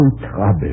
trouble